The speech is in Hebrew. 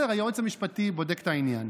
בסדר, הייעוץ המשפטי בודק את העניין.